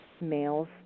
males